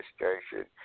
administration